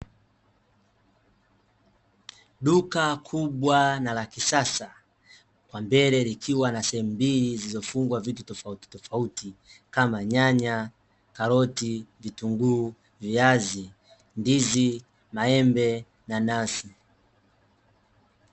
Duka kubwa na la kisasa, kwa mbele likiwa na sehemu mbili , zilizofungwa vitu tofauti tofauti kama nyanya, karoti, vitunguu, viazi, ndizi , maembe, nanasi.